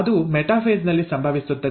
ಅದು ಮೆಟಾಫೇಸ್ ನಲ್ಲಿ ಸಂಭವಿಸುತ್ತದೆ